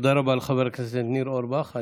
תודה רבה לחבר הכנסת ניר אורבך.